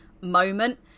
moment